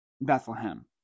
Bethlehem